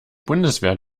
bundeswehr